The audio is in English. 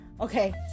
okay